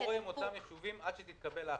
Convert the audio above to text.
לך את